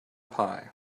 pie